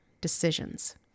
decisions